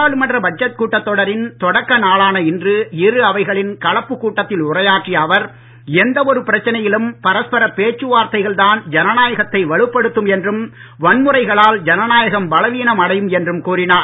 நாடாளுமன்ற பட்ஜெட் கூட்டத் தொடரின் தொடக்க நாளான இன்று இரு அவைகளின் கலப்புக் கூட்டத்தில் உரையாற்றிய அவர் எந்த ஒரு பிரச்சனையிலும் பரஸ்பர பேச்சுவார்த்தைகள்தான் ஜனநாயகத்தை வலுப்படுத்தும் என்றும் வன்முறைகளால் ஜனநாயகம் பலவீனம் அடையும் என்றும் கூறினார்